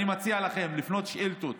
אני מציע לכם להפנות שאילתות